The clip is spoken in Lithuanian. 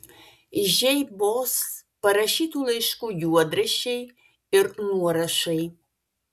žeibos parašytų laiškų juodraščiai ir nuorašai